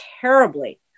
terribly